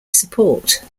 support